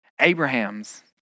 Abraham's